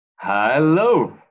Hello